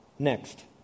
Next